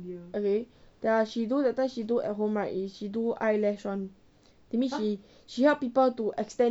okay ya she do that time she do at home right is she do eyelash [one] that means she she help people to extend